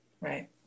right